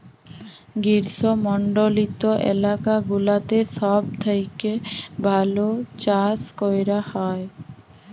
গ্রীস্মমন্ডলিত এলাকা গুলাতে সব থেক্যে ভাল চাস ক্যরা হ্যয়